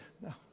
no